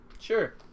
sure